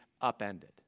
upended